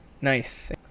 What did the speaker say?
nice